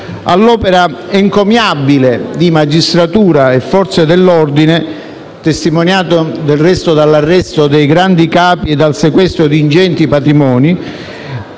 all'opera encomiabile di magistratura e forze dell'ordine (come testimoniato, del resto, dall'arresto dei grandi capi e dal sequestro di ingenti patrimoni)